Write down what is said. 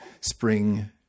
spring